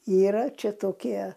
yra čia tokie